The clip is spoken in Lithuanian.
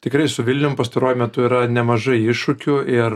tikrai su vilnium pastaruoju metu yra nemažai iššūkių ir